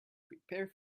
prepare